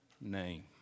name